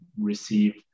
receive